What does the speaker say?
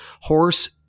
horse